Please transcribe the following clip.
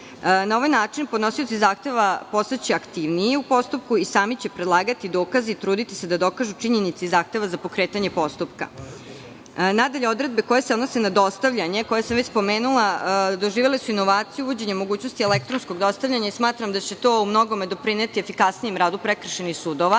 Na ovaj način podnosioci zahteva će postati aktivniji u postupku i sami će predlagati dokaze i trudiće se da dokažu činjenice iz zahteva za pokretanje postupka. Odredbe koje se odnose na dostavljanje koje sam već spomenula su doživele inovaciju uvođenjem mogućnosti elektronskog dostavljanja i smatram da će to u mnogome doprineti efikasnijem radu prekršajnih sudova,